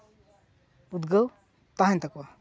ᱩᱫᱽᱜᱟᱹᱣ ᱛᱟᱦᱮᱱ ᱛᱟᱠᱚᱣᱟ